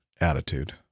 attitude